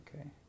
okay